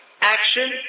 action